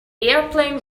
airplane